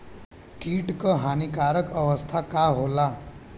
कीट क हानिकारक अवस्था का होला?